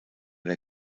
der